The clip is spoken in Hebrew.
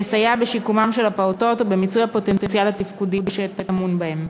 יסייע בשיקומם של הפעוטות ובמיצוי הפוטנציאל התפקודי שטמון בהם.